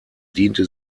diente